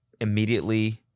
immediately